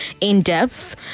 in-depth